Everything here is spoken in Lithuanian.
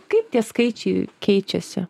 kaip tie skaičiai keičiasi